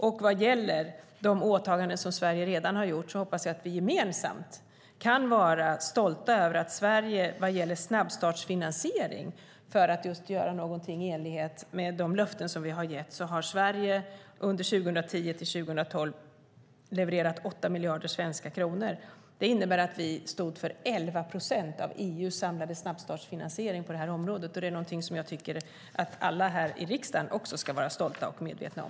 I fråga om de åtaganden som Sverige redan har gjort hoppas jag att vi gemensamt kan vara stolta över att Sverige vad gäller snabbstartsfinansiering, för att just göra någonting i enlighet med de löften som vi har gett, under 2010-2012 har levererat 8 miljarder svenska kronor. Det innebär att vi stod för 11 procent av EU:s samlade snabbstartsfinansiering på det här området. Det är någonting som jag tycker att alla här i riksdagen ska vara stolta över och medvetna om.